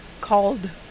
called